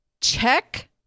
check